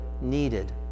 needed